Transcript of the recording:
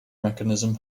mechanism